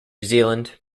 zealand